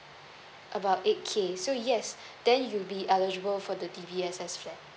about eight K so yes then you'll be eligible for the D_B_S_S flats